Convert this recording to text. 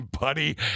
buddy